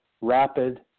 rapid